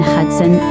Hudson